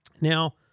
Now